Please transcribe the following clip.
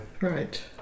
Right